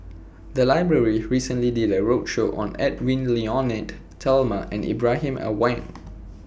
The Library recently did A roadshow on Edwy Lyonet Talma and Ibrahim Awang